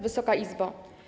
Wysoka Izbo!